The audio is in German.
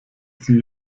sie